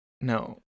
No